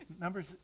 Numbers